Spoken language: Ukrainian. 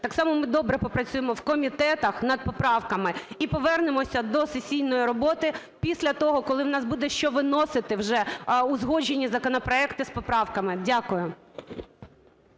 Так само ми добре попрацюємо в комітетах над поправками, і повернемося до сесійної роботи після того, коли у нас буде що виносити вже – узгоджені законопроекти з поправками. Дякую.